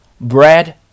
Bread